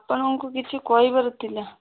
ଆପଣଙ୍କୁ କିଛି କହିବାର ଥିଲା